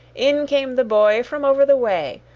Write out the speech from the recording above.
in came the boy from over the way,